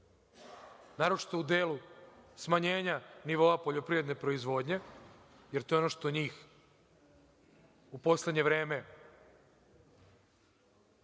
naročito u delu smanjenja nivoa poljoprivredne proizvodnje, jer to je ono što je kod njih u poslednje vreme